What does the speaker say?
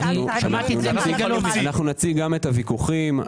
נציג גם את הוויכוחים.